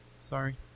sorry